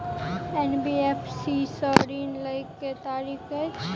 NBFC सँ ऋण लय केँ की तरीका अछि?